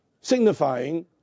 signifying